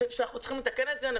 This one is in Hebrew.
שאנחנו צריכים לתקן את זה.